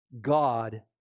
God